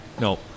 No